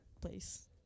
place